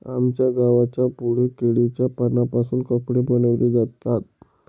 आमच्या गावाच्या पुढे केळीच्या पानांपासून कपडे बनवले जातात